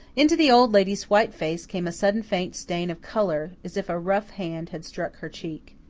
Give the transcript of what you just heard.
into the old lady's white face came a sudden faint stain of colour, as if a rough hand had struck her cheek.